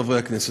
חברי הכנסת,